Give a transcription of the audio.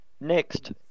Next